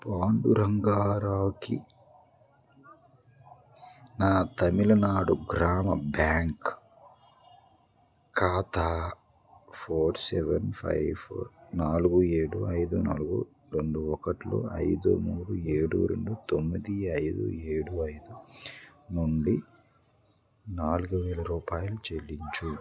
పాండురంగారావుకి నా తమిళనాడు గ్రామ బ్యాంకు ఖాతా ఫోర్ సెవెన్ ఫైవ్ ఫోర్ నాలుగు ఏడు ఐదు నాలుగు రెండు ఒకట్లు ఐదు మూడు ఏడు రెండు తొమ్మిది ఐదు ఏడు ఐదు నుండి నాలుగు వేల రూపాయలు చెల్లించు